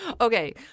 Okay